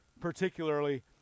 particularly